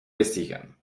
vestigen